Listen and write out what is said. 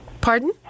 Pardon